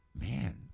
man